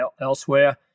elsewhere